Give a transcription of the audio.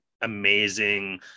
amazing